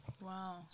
wow